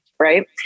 right